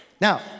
Now